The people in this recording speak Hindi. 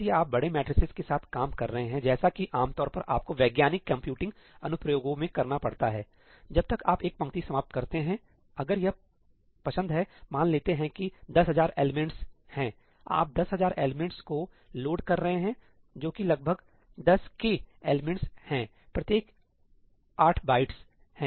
यदि आप बड़े मैट्रिसेज के साथ काम कर रहे हैं जैसा कि आम तौर पर आपको वैज्ञानिक कंप्यूटिंग अनुप्रयोगों में करना पड़ता है जब तक आप एक पंक्ति समाप्त करते हैंअगर यह पसंद है मान लेते हैं की 10000 एलिमेंट्स है आप 10000 एलिमेंट्स को लोड कर रहे हैं जो कि लगभग 10 K एलिमेंट्स हैंप्रत्येक 8 बाइट्स है